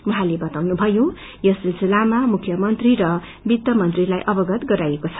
उहाँले बताउनुभयो यस सिलसिलामा मुख्य मंत्री र वित्त मंत्रीलाई अवगत गराइएको छ